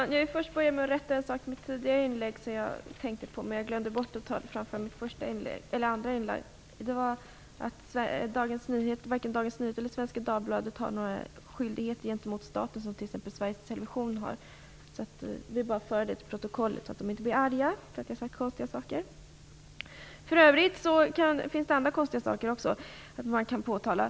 Herr talman! Jag vill börja med att rätta en sak i mitt tidigare inlägg som jag sedan glömde bort att ta upp: Varken Dagens Nyheter eller Svenska Dagbladet har några skyldigheter gentemot staten, vilket t.ex. Sveriges Television har. Jag vill bara föra det till protokollet så att ingen blir arg för att jag sagt konstiga saker. Men det finns också andra konstiga saker man kan påtala.